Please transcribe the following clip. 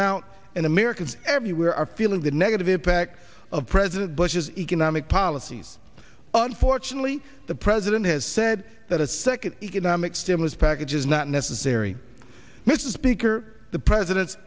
mount and americans everywhere are feeling the negative impact of president bush's economic policies unfortunately the president has said that a second economic stimulus package is not necessary mrs speaker the president's